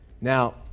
Now